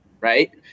right